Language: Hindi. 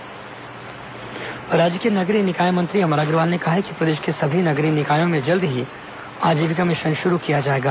नगरीय निकाय आजीविका मिशन राज्य के नगरीय निकाय मंत्री अमर अग्रवाल ने कहा है कि प्रदेश के सभी नगरीय निकायों में जल्द ही आजीविका मिशन शुरू किया जाएगा